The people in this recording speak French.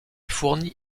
fournit